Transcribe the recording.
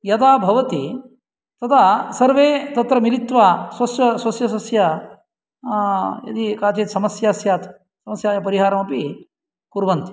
यदा भवति तदा सर्वे तत्र मिलित्वा स्वस्य स्वस्य स्वस्य यदि काचित् समस्या स्यात् समस्यायाः परिहारम् अपि कुर्वन्ति